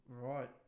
right